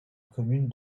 commune